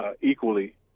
equally